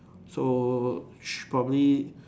so should probably